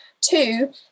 Two